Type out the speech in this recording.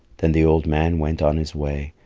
then the old man went on his way,